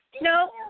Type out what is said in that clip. No